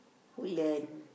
Woodlands